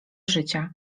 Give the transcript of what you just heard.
życia